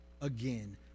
again